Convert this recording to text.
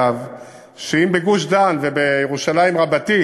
אם בגוש-דן ובירושלים רבתי